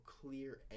clear